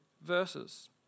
verses